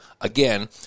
again